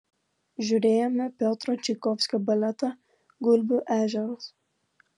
žiūrėjome piotro čaikovskio baletą gulbių ežeras